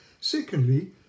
Secondly